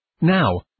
Now